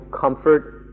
comfort